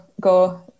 go